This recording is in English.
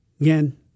again